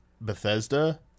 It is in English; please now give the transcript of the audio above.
Bethesda